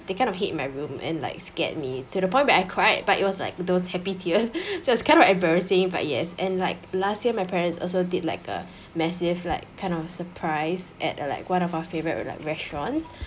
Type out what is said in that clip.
they kind of hid in my room and like scared me to the point where I cried but it was like those happy tears so it's kind of embarrassing but yes and like last year my parents also did like a massive like kind of a surprise at a like one of our favourite ret~ restaurants